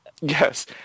Yes